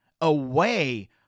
away